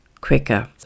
quicker